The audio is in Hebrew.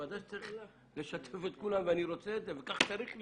ודאי שצריך לשתף את כולם ואני רוצה את זה וכך צריך להיות,